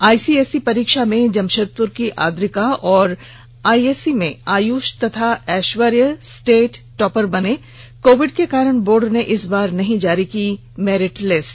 ICSE परीक्षा में जमशेदपुर की आद्रिका और आईएससी में आयुष और ऐश्वर्या स्टेट टॉपर बने कोविड के कारण बोर्ड ने इस बार नहीं जारी की मेरिट लिस्ट